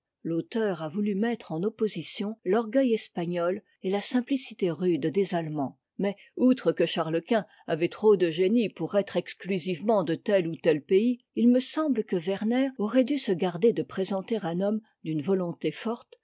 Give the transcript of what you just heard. l'auteur a voulu mettre en opposition l'orgueil espagnol et la simplicité rude des allemands mais outre que chartes quint avait trop de génie pour être exclusivement de tel ou tel pays it me semble que werner aurait dû se garder de présenter un homme d'une volonté forte